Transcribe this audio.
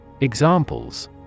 Examples